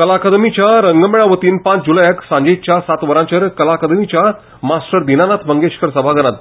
कला अकादमीच्या रंगमेळा वतीन पांच ज़ुलयाक सांजेच्या सात वरांचेर कला अकादमीच्या मास्टर दिनानाथ मंगेशकार सभाघरांत